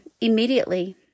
immediately